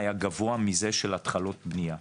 היה גבוה מזה של התחלות בנייה.